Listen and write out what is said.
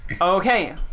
Okay